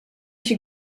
się